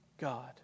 God